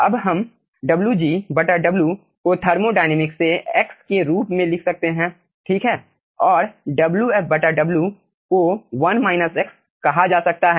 अब हम WgW को थर्मोडायनेमिक्स से x के रूप में लिख सकते हैं ठीक है और Wf W को कहा जा सकता है